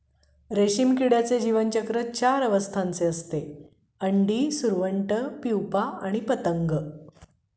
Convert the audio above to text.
रेशीम किड्याचे जीवनचक्र चार अवस्थांचे असते, अंडी, सुरवंट, प्युपा व पतंग